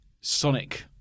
Sonic